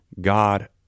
God